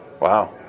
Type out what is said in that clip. Wow